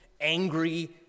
angry